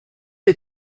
est